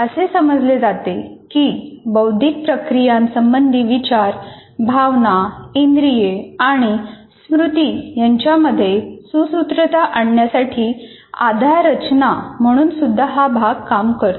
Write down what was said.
असे समजले जाते की बौद्धिक प्रक्रियांसंबंधी विचार भावना इंद्रिये आणि स्मृती यांच्यामध्ये सुसूत्रता आणण्यासाठी आधार रचना म्हणून सुद्धा हा भाग काम करतो